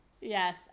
yes